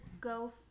go